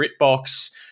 BritBox